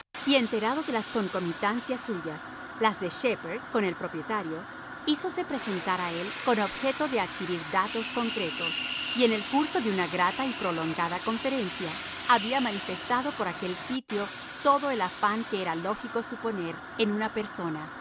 y enterado de las concomitancias suyaslas de shepherdcon el propietario hízose presentar a él con objeto de adquirir datos concretos y en el curso de una grata y prolongada conferencia había manifestado por aquel sitio todo el afán que era lógico suponer en una persona